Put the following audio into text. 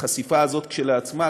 החשיפה הזאת כשלעצמה,